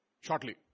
Shortly